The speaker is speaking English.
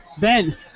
Ben